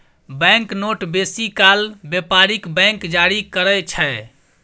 bank note बेसी काल बेपारिक बैंक जारी करय छै